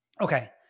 Okay